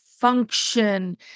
function